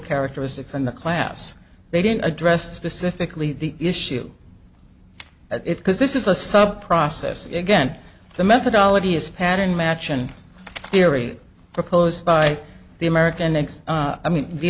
characteristics and the class they didn't addressed specifically the issue it's because this is a sub process again the methodology is pattern matching theory proposed by the american x i mean the